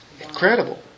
incredible